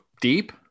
deep